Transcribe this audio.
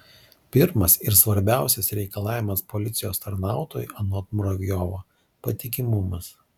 pirmas ir svarbiausias reikalavimas policijos tarnautojui anot muravjovo patikimumas